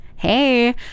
Hey